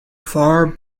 far